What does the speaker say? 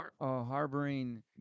Harboring